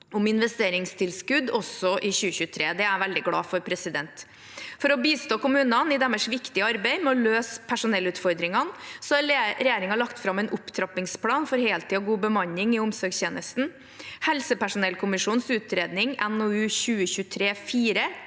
om investeringstilskudd også i 2023. Det er jeg veldig glad for. For å bistå kommunene i deres viktige arbeid med å løse personellutfordringene har regjeringen lagt fram en opptrappingsplan for heltid og god bemanning i omsorgstjenesten. Helsepersonellkommisjonens utredning, NOU 2023:4,